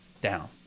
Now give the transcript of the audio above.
Down